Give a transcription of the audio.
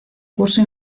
curso